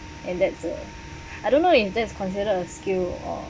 and that's a I don't know if that's considered a skill or